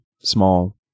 small